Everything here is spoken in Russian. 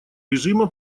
режима